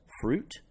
fruit